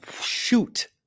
shoot